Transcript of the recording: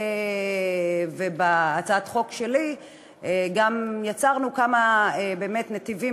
ובהצעת החוק שלי גם יצרנו באמת כמה נתיבים